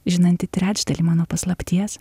žinanti trečdalį mano paslapties